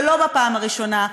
ולא בפעם הראשונה.